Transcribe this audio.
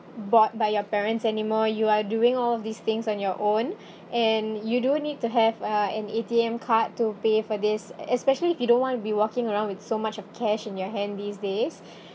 bought by your parents anymore you're doing all of these things on your own and you don't need to have uh an A_T_M card to pay for this especially if you don't want to be walking around with so much of cash in your hand these days